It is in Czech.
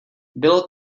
bylo